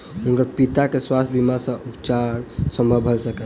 हुनकर पिता के स्वास्थ्य बीमा सॅ उपचार संभव भ सकलैन